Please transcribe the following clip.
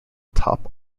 top